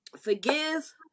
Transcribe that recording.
forgive